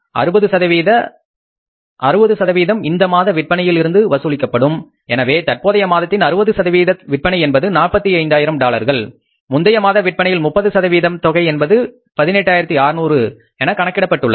60 இந்த மாத விற்பனையில் இருந்து வசூலிக்கப்படும் எனவே தற்போதைய மாதத்தின் 60 சதவீத விற்பனை என்பது 45 ஆயிரம் டாலர்கள் முந்தைய மாத விற்பனையில் 30 சதவீத தொகை என்பது 18600 என கணக்கிடப்பட்டுள்ளது